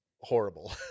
horrible